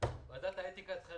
ועדת האתיקה צריכה